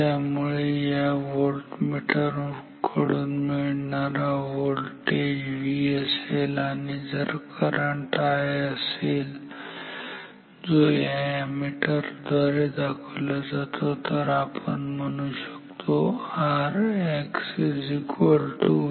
त्यामुळे या व्होल्टमीटर कडून मिळणारा व्होल्टेज V असेल आणि जर करंट I असेल जो या अॅमीटर द्वारे दाखविला जातो तर आपण म्हणू शकतो RX VI